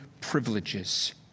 privileges